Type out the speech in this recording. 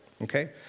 okay